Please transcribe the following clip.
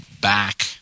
back